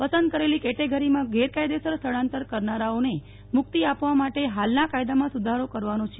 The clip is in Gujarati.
પસંદ કરેલી કેટેગરીમાં ગેરકાયદેસર સ્થળાંતર કરનારાઓને મુક્તિ આપવા માટે હાલના કાયદામાં સુધારો કરવાનો છે